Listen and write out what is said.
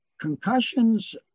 concussions